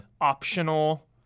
optional